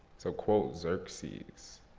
so quote xerxes.